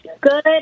Good